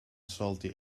salty